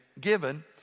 given